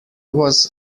was